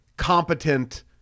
competent